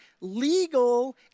legal